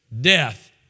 death